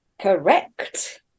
Correct